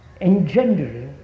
engendering